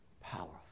powerful